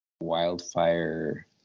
wildfire